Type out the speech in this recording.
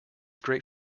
great